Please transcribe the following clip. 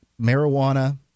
marijuana